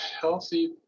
healthy